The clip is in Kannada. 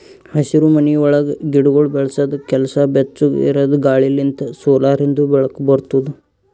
ಹಸಿರುಮನಿ ಒಳಗ್ ಗಿಡಗೊಳ್ ಬೆಳಸದ್ ಕೆಲಸ ಬೆಚ್ಚುಗ್ ಇರದ್ ಗಾಳಿ ಲಿಂತ್ ಸೋಲಾರಿಂದು ಬೆಳಕ ಬರ್ತುದ